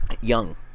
Young